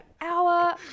hour